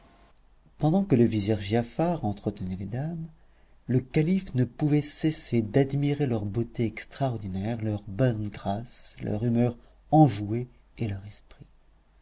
pendant que le vizir giafar entretenait les dames le calife ne pouvait cesser d'admirer leur beauté extraordinaire leur bonne grâce leur humeur enjouée et leur esprit